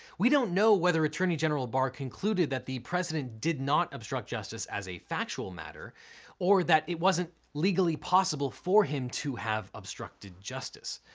we don't know whether attorney general barr concluded that the president did not obstruction justice as a factual matter or that it wasn't legally possible for him to have obstructed justice.